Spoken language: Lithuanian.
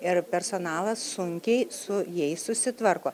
ir personalas sunkiai su jais susitvarko